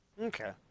Okay